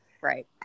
Right